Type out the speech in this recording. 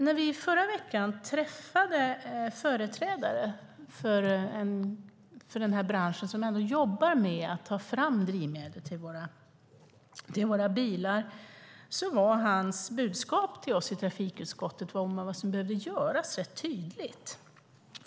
När vi i förra veckan träffade en företrädare för branschen som jobbar med att ta fram drivmedel till våra bilar var hans budskap till oss i trafikutskottet om vad som behöver göras rätt tydligt.